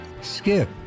Skip